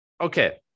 Okay